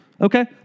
Okay